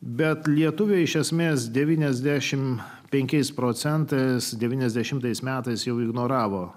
bet lietuviai iš esmės devyniasdešim penkiais procentais devyniasdešimtais metais jau ignoravo